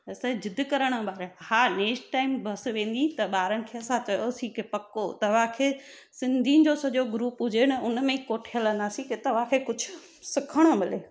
असांजा ज़िद करणु ॿार हा नैक्स टाइम बस वेंदी त ॿारनि खे असां चयोसी कि पको तव्हांखे सिंधीनि जो सॼो ग्रुप हुजे न उन में कोठे हलंदासी कि तवांखे कुझु सिखिणो मिले